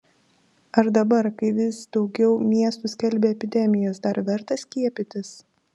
ar dabar kai vis daugiau miestų skelbia epidemijas dar verta skiepytis